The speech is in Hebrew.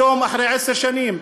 אחרי עשר שנים,